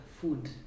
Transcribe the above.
food